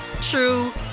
true